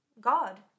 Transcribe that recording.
God